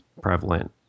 prevalent